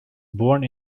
born